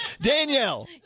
Danielle